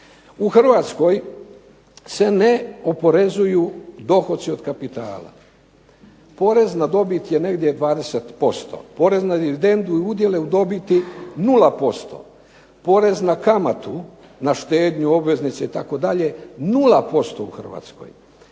U Hrvatskoj se ne oporezuju dohodci od kapitala. Porez na dobit je negdje 20%, porez na dividendu i udjele u dobiti nula posto, porez na kamatu, na štednju, obveznice itd. nula posto u Hrvatskoj,